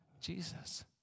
Jesus